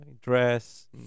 dress